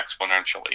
exponentially